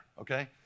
Okay